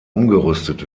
umgerüstet